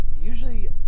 usually